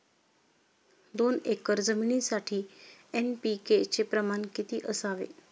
दोन एकर जमीनीसाठी एन.पी.के चे प्रमाण किती असावे?